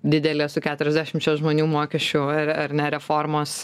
didelė su keturiasdešimčia žmonių mokesčių ar ar ne reformos